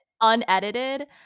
unedited